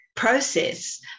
process